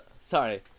Sorry